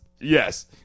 Yes